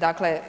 Dakle,